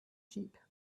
sheep